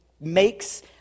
makes